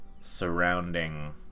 surrounding